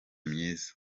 myiza